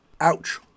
Ouch